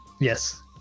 yes